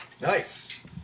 Nice